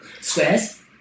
Squares